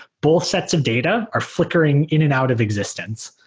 both sets of data are flickering in and out of existence.